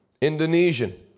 Indonesian